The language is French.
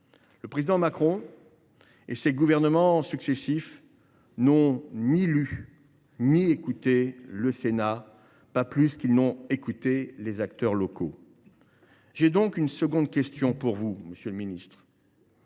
Le président Macron et ses gouvernements successifs n’ont ni lu ni écouté le Sénat, pas plus qu’ils n’ont écouté les acteurs locaux. J’ai donc une autre question pour vous, monsieur le ministre